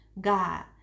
God